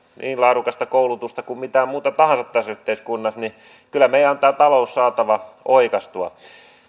niin laadukasta koulutusta kuin mitä muuta tahansa tässä yhteiskunnassa niin kyllä meidän on tämä talous saatava oikaistua